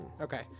Okay